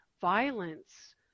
violence